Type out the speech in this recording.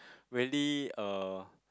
really a